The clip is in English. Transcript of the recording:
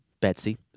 Betsy